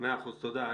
מאה אחוז, תודה.